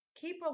keep